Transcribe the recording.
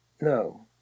no